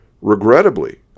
Regrettably